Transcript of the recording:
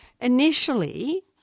Initially